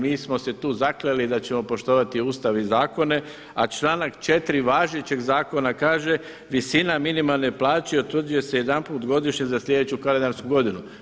Mi smo se tu zakleli da ćemo poštovati Ustav i zakone, a članak 4. važećeg zakona kaže visina minimalne plaće utvrđuje se jedanput godišnje za sljedeću kalendarsku godinu.